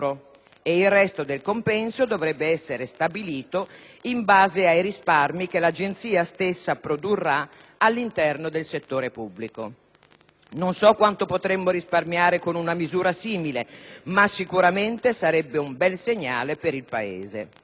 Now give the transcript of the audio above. e il resto del compenso dovrebbe essere stabilito in base ai risparmi che l'agenzia stessa produrrà all'interno del settore pubblico. Non so quanto potremmo risparmiare con una misura simile, ma sicuramente sarebbe un bel segnale per il Paese.